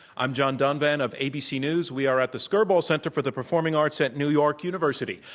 i'm john donvan of abc news. we are at the skirball center for the performing arts at new york university.